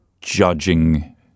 judging